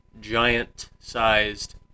giant-sized